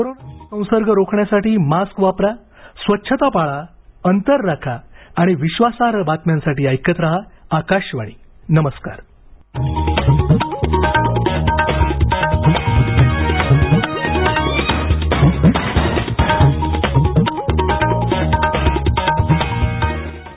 कोरोनाचा संसर्ग रोखण्यासाठी मास्क वापरा स्वच्छता पाळा अंतर राखा आणि विश्वासार्ह बातम्यांसाठी ऐकत रहा आकाशवाणी नमरुकार